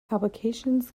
applications